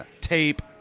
tape